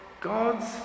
God's